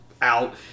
out